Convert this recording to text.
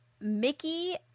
Mickey